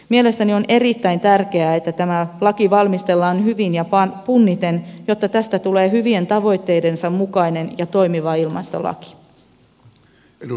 mielestäni on erittäin tärkeää että tämä laki valmistellaan hyvin ja punniten jotta tästä tulee hyvien tavoitteidensa mukainen ja toimiva ilmastolaki